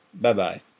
Bye-bye